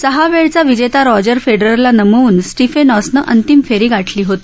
सहा वेळचा विजेता रॉजर फेडररला नमवून स्टिफेनॉसनं अंतिम फेरी गाठली होती